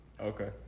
Okay